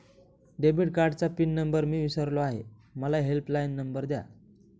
debit कार्डचा pin number मी विसरलो आहे मला हेल्पलाइन नंबर द्या